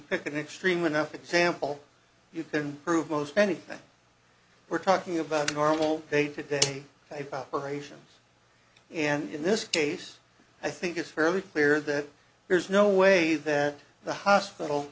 pick an extreme enough example you can prove most anything we're talking about a normal day today live out her ration and in this case i think it's fairly clear that there's no way that the hospital